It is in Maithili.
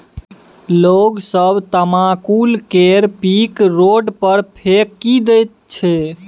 लोग सब तमाकुल केर पीक रोड पर फेकि दैत छै